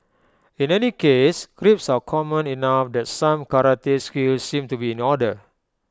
in any case creeps are common enough that some karate skills seem to be in order